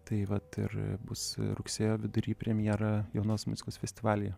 tai vat ir bus rugsėjo vidury premjera jaunos muzikos festivalyje